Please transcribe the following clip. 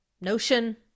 Notion